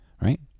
Right